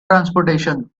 transportation